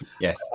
Yes